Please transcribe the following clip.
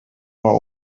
are